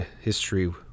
history